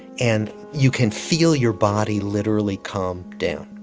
and you can feel your body literally calm down.